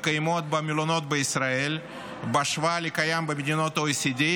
הקיימות במלונות בישראל בהשוואה לקיים במדינות ה-OECD,